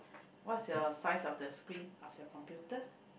what's your size of the screen of your computer